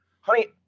Honey